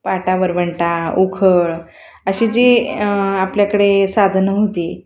पाटा वरवंटा उखळ अशी जी आपल्याकडे साधनं होती